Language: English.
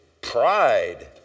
pride